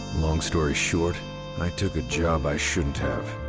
long story short i took a job i shouldn't have.